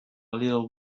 little